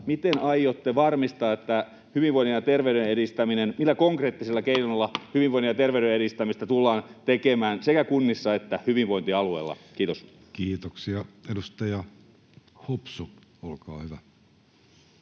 Miten aiotte varmistaa hyvinvoinnin ja terveyden edistämisen? Millä konkreettisilla keinoilla hyvinvoinnin ja terveyden edistämistä tullaan tekemään sekä kunnissa että hyvinvointialueilla? — Kiitos. Kiitoksia. — Edustaja Hopsu, olkaa hyvä.